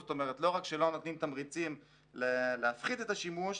זאת אומרת לא רק שלא נותנים תמריצים להפחית את השימוש,